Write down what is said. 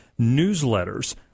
newsletters